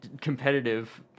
competitive